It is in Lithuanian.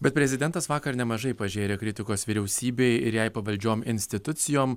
bet prezidentas vakar nemažai pažėrė kritikos vyriausybei ir jai pavaldžiom institucijom